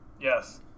Yes